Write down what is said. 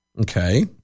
Okay